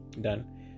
done